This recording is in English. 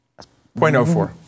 0.04